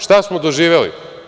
Šta smo doživeli?